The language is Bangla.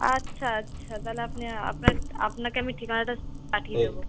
আচ্ছা আচ্ছা তাহলে আপনি আপনা আপনাকে আমি ঠিকানাটা পাঠিয়ে দেবো